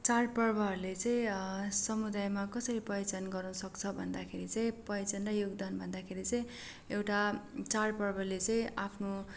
चाडपर्वहरूले चाहिँ समुदायमा कसरी पहिचान गराउनु सक्छ भन्दाखेरि चाहिँ पहिचान र योगदान भन्दाखेरि चाहिँ एउटा चाडपर्वले चाहिँ आफ्नो